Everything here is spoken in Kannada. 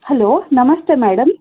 ಹಲೋ ನಮಸ್ತೆ ಮೇಡಮ್